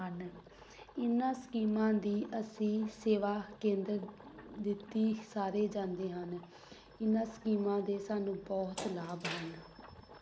ਹਨ ਇਹਨਾਂ ਸਕੀਮਾਂ ਦੀ ਅਸੀਂ ਸੇਵਾ ਕੇਂਦਰ ਦਿੱਤੀ ਸਾਰੇ ਜਾਂਦੇ ਹਨ ਇਹਨਾਂ ਸਕੀਮਾਂ ਦੇ ਸਾਨੂੰ ਬਹੁਤ ਲਾਭ ਹਨ